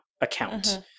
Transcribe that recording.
account